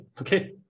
okay